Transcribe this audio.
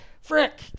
Frick